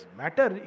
matter